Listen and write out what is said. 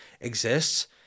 exists